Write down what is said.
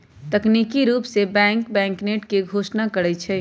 तकनिकी रूप से बैंक बैंकनोट के घोषणा करई छई